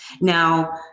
Now